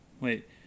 Wait